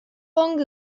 long